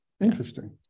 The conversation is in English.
interesting